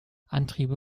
antriebe